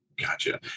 gotcha